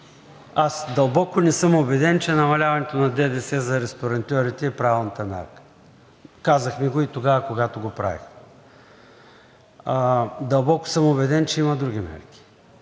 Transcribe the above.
Аз дълбоко не съм убеден, че намаляването на ДДС за ресторантьорите е правилната мярка. Казахме го и тогава, когато го правехме. Дълбоко съм убеден, че има други мерки